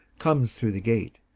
comes through the gate,